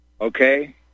okay